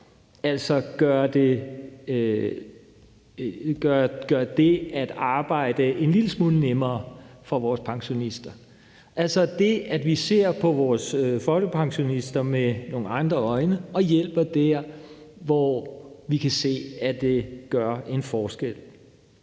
altså at gøre det at arbejde en lille smule nemmere for vores pensionister. Det er altså det, at vi ser på vores folkepensionister med nogle andre øjne og hjælper der, hvor vi kan se, at det gør en forskel.